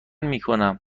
میکنم